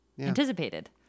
anticipated